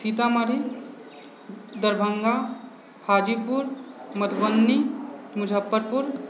Sitamarhi Darbhanga Hajipur Madhubani Muzaffarpur